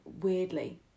weirdly